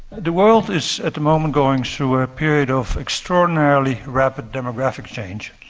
the world is at the moment going through a period of extraordinarily rapid demographic change.